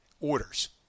Orders